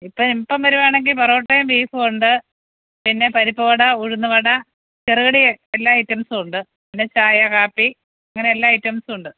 ഇപ്പം ഇപ്പം വരുവാണെങ്കിൽ പൊറോട്ടേം ബീഫുമുണ്ട് പിന്നെ പരിപ്പുവട ഉഴുന്നുവട ചെറുകടി എല്ലാ ഐറ്റംസുമുണ്ട് പിന്നെ ചായ കാപ്പി അങ്ങനെ എല്ലാ ഐറ്റംസുമുണ്ട്